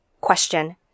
question